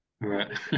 Right